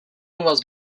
was